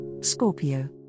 Scorpio